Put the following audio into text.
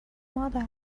مادر